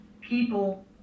people